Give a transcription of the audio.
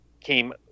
came